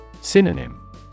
Synonym